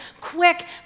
quick